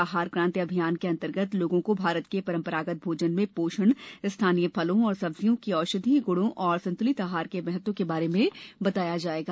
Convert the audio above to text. आहार क्रांति अभियान के अंतर्गत लोगों को भारत के परंपरागत भोजन में पोषण स्थानीय फलों और सब्जियों के औषधीय गुणों और संतुलित आहार के महत्व के बारे में बताया जाएगा